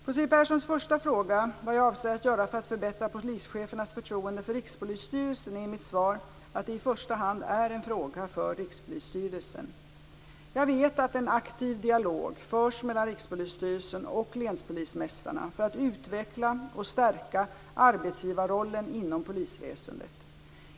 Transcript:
På Siw Perssons första fråga - vad jag avser att göra för att förbättra polischefernas förtroende för Rikspolisstyrelsen - är mitt svar att det i första hand är en fråga för Rikspolisstyrelsen. Jag vet att en aktiv dialog förs mellan Rikspolisstyrelsen och länspolismästarna för att utveckla och stärka arbetsgivarrollen inom polisväsendet.